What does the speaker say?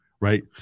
right